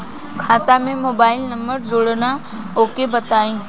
खाता में mobile number जोड़ना ओके बताई?